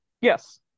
Yes